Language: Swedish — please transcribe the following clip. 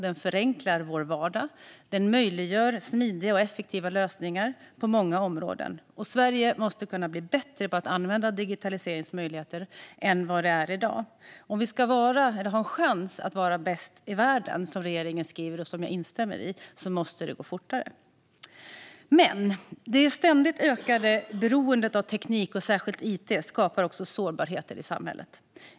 Den förenklar vår vardag och möjliggör smidiga och effektiva lösningar på många områden. Sverige måste kunna bli bättre på att använda digitaliseringens möjligheter än vad vi är i dag. Om vi ska ha en chans att vara bäst i världen, som regeringen skriver - och jag instämmer - måste det gå fortare. Men det ständigt ökande beroendet av teknik och särskilt it skapar också sårbarheter i samhället.